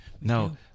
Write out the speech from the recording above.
Now